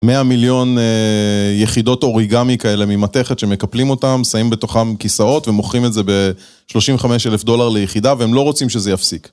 ‫100 מיליון יחידות אוריגמי כאלה ‫ממתכת שמקפלים אותן, ‫שמים בתוכן כיסאות ומוכרים את זה ‫ב-35 אלף דולר ליחידה, ‫והם לא רוצים שזה יפסיק.